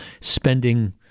spending